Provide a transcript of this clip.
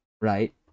right